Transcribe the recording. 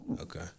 Okay